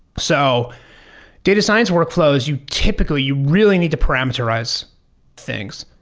so data science workflows, you typically you really need to parameterize things,